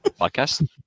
podcast